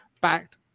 backed